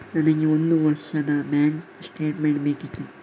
ನನಗೆ ಒಂದು ವರ್ಷದ ಬ್ಯಾಂಕ್ ಸ್ಟೇಟ್ಮೆಂಟ್ ಬೇಕಿತ್ತು